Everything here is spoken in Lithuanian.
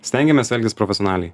stengiamės elgtis profesionaliai